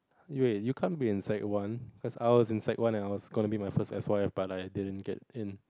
wait you can't be in sec one cause I was in sec one and I was gonna be my first S_Y_F but I didn't get in